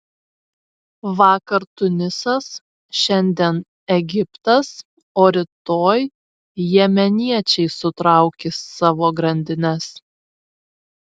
vakar tunisas šiandien egiptas o rytoj jemeniečiai sutraukys savo grandines